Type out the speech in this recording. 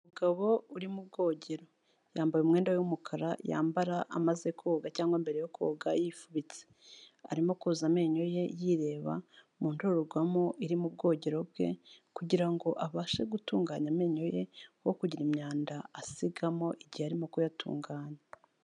Umugabo uri mu bwogero, yambaye umwenda we w'umukara yambara amaze koga cyangwa mbere yo koga yifubitse, arimo koza amenyo ye yireba mu ndorerwamo iri mu bwogero bwe kugira ngo abashe gutunganya amenyo ye ho kugira imyanda asigamo igihe arimo kuyatunganya.